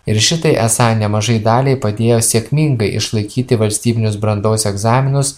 ir šitai esą nemažai daliai padėjo sėkmingai išlaikyti valstybinius brandos egzaminus